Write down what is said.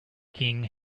king